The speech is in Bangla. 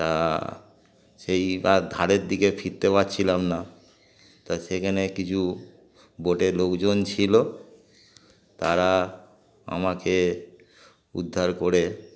তা সেইবার ধারের দিকে ফিরতে পারছিলাম না তা সেখানে কিছু বোটের লোকজন ছিলো তারা আমাকে উদ্ধার করে